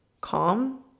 calm